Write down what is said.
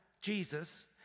Jesus